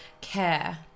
care